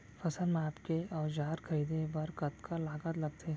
फसल मापके के औज़ार खरीदे बर कतका लागत लगथे?